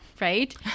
right